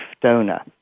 donor